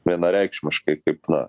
vienareikšmiškai kaip na